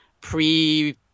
pre